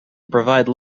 provide